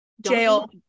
jail